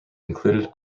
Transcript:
included